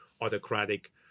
autocratic